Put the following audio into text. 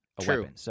True